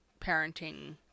parenting